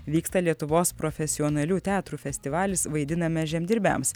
vyksta lietuvos profesionalių teatrų festivalis vaidiname žemdirbiams